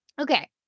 Okay